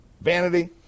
vanity